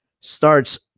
Starts